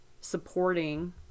supporting